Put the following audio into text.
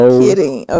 kidding